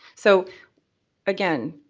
so again,